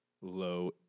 low